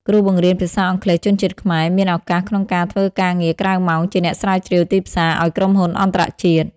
គ្រូបង្រៀនភាសាអង់គ្លេសជនជាតិខ្មែរមានឱកាសក្នុងការធ្វើការងារក្រៅម៉ោងជាអ្នកស្រាវជ្រាវទីផ្សារឱ្យក្រុមហ៊ុនអន្តរជាតិ។